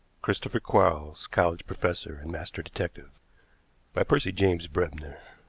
christopher quarles college professor and master detective by percy james brebner